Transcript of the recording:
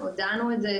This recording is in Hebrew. הודענו את זה,